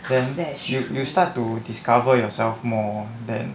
then you you start to discover yourself more then